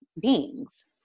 beings